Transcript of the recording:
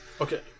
Okay